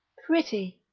pretty!